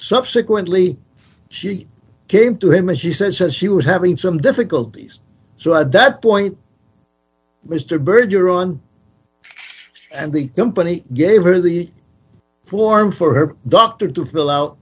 subsequently she came to him and she says she was having some difficulties so at that point mr byrd you're on and the company gave her the form for her doctor to fill out